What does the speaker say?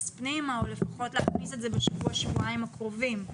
פנימה או לפחות להקפיד על זה בשבוע-שבועיים הקרובים.